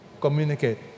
Communicate